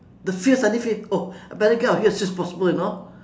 the fear suddenly feel oh better get out of here as soon as possible you know